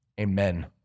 Amen